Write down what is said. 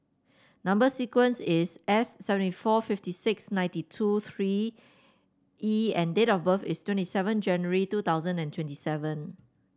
number sequence is S seventy four fifty six ninety two three E and date of birth is twenty seven January two thousand and twenty seven